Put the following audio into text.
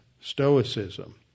Stoicism